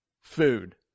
food